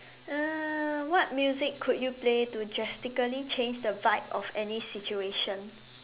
uh what music could you play to drastically change the vibe of any situation